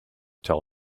tell